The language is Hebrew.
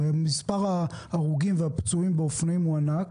הרי מספר ההרוגים והפצועים באופנועים הוא ענק,